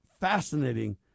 fascinating